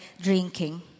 drinking